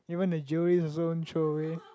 even the jewelleries also won't throw away